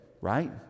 right